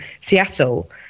Seattle